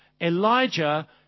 Elijah